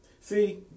See